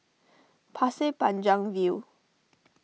Pasir Panjang View